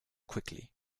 quickly